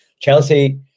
Chelsea